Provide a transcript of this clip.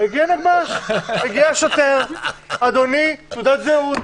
הגיע נגמ"ש, הגיע שוטר: אדוני, תעודת זהות.